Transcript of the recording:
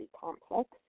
complex